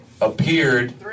appeared